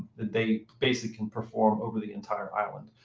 that they basically can perform over the entire island.